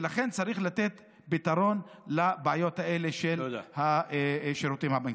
ולכן צריך לתת פתרון לבעיות האלה של השירותים הבנקאיים.